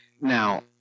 Now